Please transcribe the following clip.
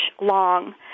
long